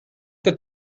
that